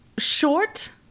Short